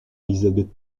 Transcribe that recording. elizabeth